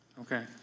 Okay